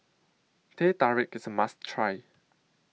Teh Tarik IS A must Try